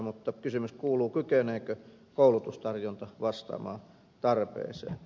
mutta kysymys kuuluu kykeneekö koulutustarjonta vastaamaan tarpeeseen